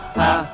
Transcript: ha